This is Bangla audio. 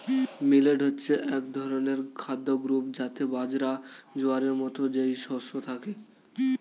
মিলেট হচ্ছে এক ধরনের খাদ্য গ্রূপ যাতে বাজরা, জোয়ারের মতো যেই শস্য থাকে